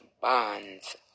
bonds